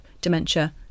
dementia